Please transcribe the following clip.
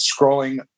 scrolling